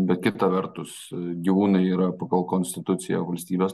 bet kita vertus gyvūnai yra pagal konstituciją valstybės